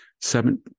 seven